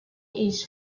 its